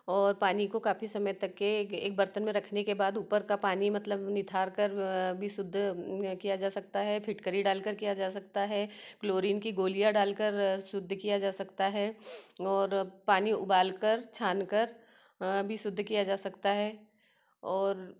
और पानी को काफ़ी समय तक के एक बर्तन रखने के बाद ऊपर का पानी मतलब निथारकर भी शुद्ध किया जा सकता है फिटकरी डालकर किया जा सकता है क्लोरिन की गोलियाँ डालकर शुद्ध किया जा सकता है और पानी उबालकर छानकर भी शुद्ध किया जा सकता है और